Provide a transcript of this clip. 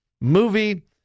movie